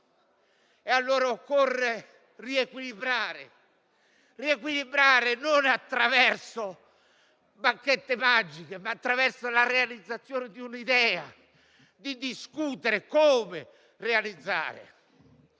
allora riequilibrare non attraverso bacchette magiche, ma attraverso la realizzazione di un'idea, discutendo come realizzarla.